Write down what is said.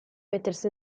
mettersi